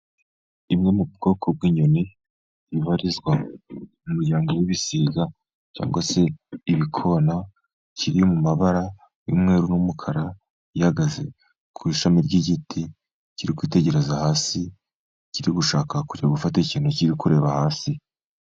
Imwe mu bwoko bw’inyoni ibarizwa mu muryango w’ibisiga cyangwa se ibikona, kiri mu mabara y’umweru n’umukara. Ihagaze ku ishami ry’igiti, kiri kwitegereza hasi, kiri gushaka kujya gufata ikintu kibi kureba hasi.